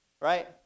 Right